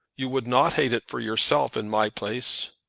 you would not hate it for yourself, in my place.